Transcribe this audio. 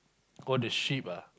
oh the ship ah